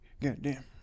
Goddamn